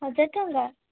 ହଜାରେ ଟଙ୍କା